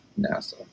nasa